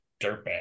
dirtbag